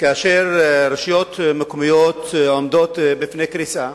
כאשר רשויות מקומיות עומדות בפני קריסה,